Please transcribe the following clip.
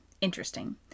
interesting